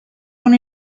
con